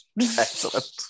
Excellent